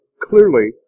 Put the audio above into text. Clearly